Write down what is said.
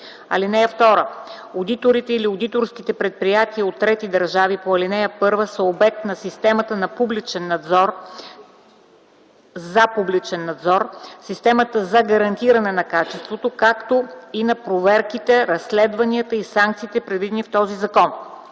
евро. (2) Одиторите или одиторските предприятия от трети държави по ал. 1 са обект на системата за публичен надзор, системата за гарантиране на качеството, както и на проверките, разследванията и санкциите, предвидени в този закон.